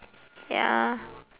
ya